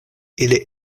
ili